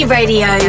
Radio